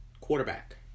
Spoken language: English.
quarterback